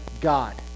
God